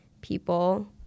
people